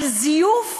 על זיוף,